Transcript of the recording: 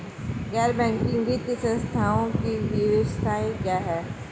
गैर बैंकिंग वित्तीय संस्थानों की विशेषताएं क्या हैं?